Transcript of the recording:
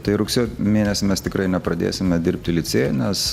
tai rugsėjo mėnesį mes tikrai nepradėsime dirbti licėjuj nes